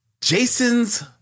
Jason's